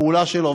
לפעולה שלו,